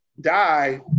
die